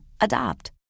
Adopt